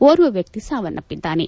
ಓರ್ವ ವ್ಯಕ್ತಿ ಸಾವನ್ನಪ್ಪಿದ್ದಾನೆ